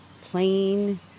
plain